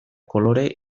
kolore